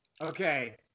Okay